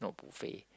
not buffet